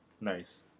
Nice